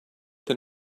than